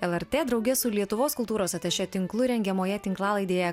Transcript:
lrt drauge su lietuvos kultūros atašė tinklu rengiamoje tinklalaidėje